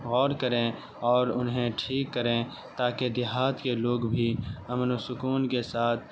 غور کریں اور انہیں ٹھیک کریں تاکہ دیہات کے لوگ بھی امن و سکون کے ساتھ